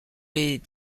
les